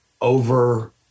over